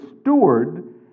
steward